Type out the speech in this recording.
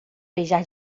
beijar